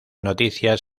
noticias